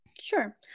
Sure